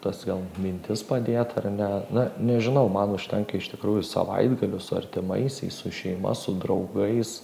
tas gal mintis padėt ar ne na nežinau man užtenka iš tikrųjų savaitgalių su artimaisiais su šeima su draugais